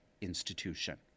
institution